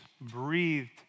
breathed